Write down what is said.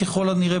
ככל הנראה,